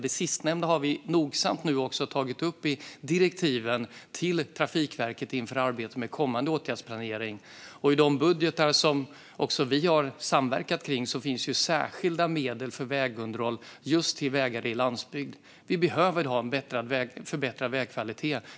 Det sistnämnda har vi nu också nogsamt tagit upp i direktiven till Trafikverket inför arbetet med den kommande åtgärdsplaneringen. I de budgetar som vi har samverkat om finns särskilda medel för vägunderhåll till just vägar i landsbygd. Vi behöver ha en förbättrad vägkvalitet.